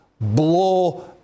blow